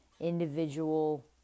individual